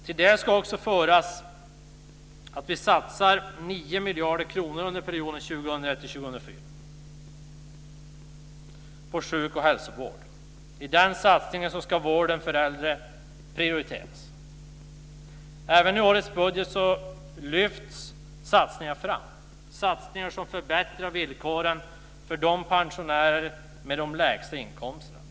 Till det ska läggas att vi också satsar 9 miljarder kronor på sjuk och hälsovård under perioden 2001-2004. I den satsningen ska vården för äldre prioriteras. Även i årets budget lyfts satsningar fram, satsningar som förbättrar villkoren för de pensionärer som har de lägsta inkomsterna.